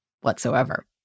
whatsoever